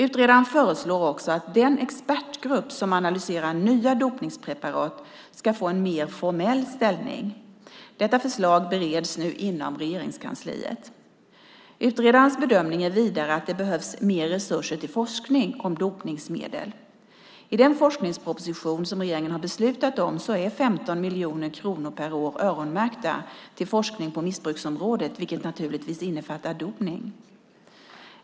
Utredaren föreslår också att den expertgrupp som analyserar nya dopningspreparat ska få en mer formell ställning. Dessa förslag bereds nu inom Regeringskansliet. Utredarens bedömning är vidare att det behövs mer resurser till forskning om dopningsmedel. I den forskningsproposition som regeringen har beslutat om är 15 miljoner kronor per år öronmärkta till forskning på missbruksområdet vilket naturligtvis innefattar dopning.